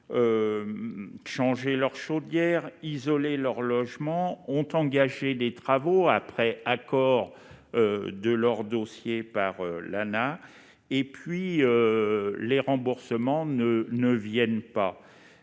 changer leur chaudière ou isoler leur logement ; ils ont engagé des travaux après approbation de leur dossier par l'ANAH, mais les remboursements ne viennent pas